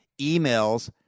emails